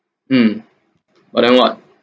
mm but then what